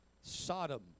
Sodom